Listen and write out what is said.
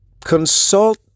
consult